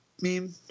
meme